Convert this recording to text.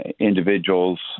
individuals